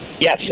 Yes